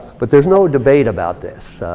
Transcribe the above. but there's no debate about this.